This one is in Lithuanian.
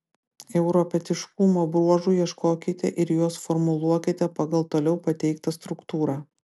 europietiškumo bruožų ieškokite ir juos formuluokite pagal toliau pateiktą struktūrą